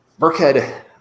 Burkhead